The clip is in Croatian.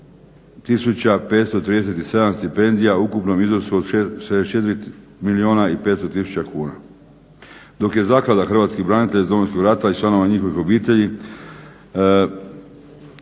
hrvatskih branitelja iz Domovinskog rata i članova njihovih obitelji